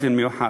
באופן מיוחד.